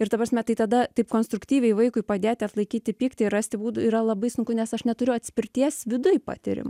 ir ta prasme tai tada taip konstruktyviai vaikui padėti atlaikyti pyktį ir rasti būdų yra labai sunku nes aš neturiu atspirties viduj patyrimo